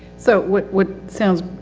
so what, what sounds,